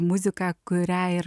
muziką kurią ir